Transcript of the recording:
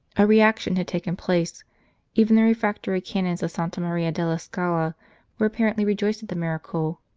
a reaction had taken place even the refractory canons of santa maria della scala were apparently rejoiced at the miracle,